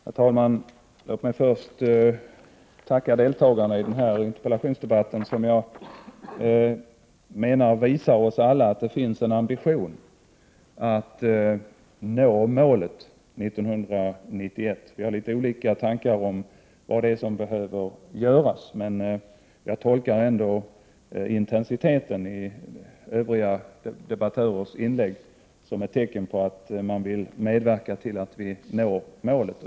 Herr talman! Låt mig först tacka deltagarna i denna interpellationsdebatt. Jag menar att de visar oss alla att det finns en ambition att nå målet 1991. Vi har något olika tankar om vad som behöver göras, men jag tolkar ändå intensiteten i övriga debattörers inlägg som ett tecken på att man vill medverka till att vi når målet.